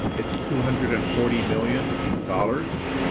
it's two hundred and forty million dollars.